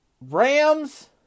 Rams